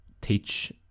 teach